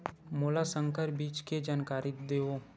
मोला संकर बीज के जानकारी देवो?